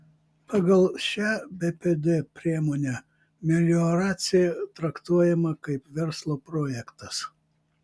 pagal šią bpd priemonę melioracija traktuojama kaip verslo projektas